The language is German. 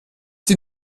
die